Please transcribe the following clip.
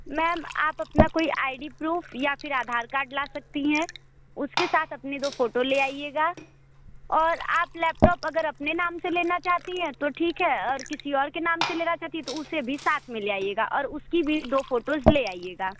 ma'am आप अपना कोई आई डी प्रूफ़ या फिर आधार कार्ड ला सकती हैं उसके साथ अपने दो फ़ोटो ले आइएगा और आप लैपटॉप अगर अपने नाम से लेना चाहती हैं तो ठीक है और किसी और के नाम से लेना चाहती हैं तो उसे भी साथ में ले आइएगा और उसकी भी दो फोटोज़ ले आइएगा